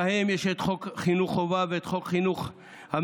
שלהם יש את חוק חינוך חובה ואת חוק החינוך המיוחד,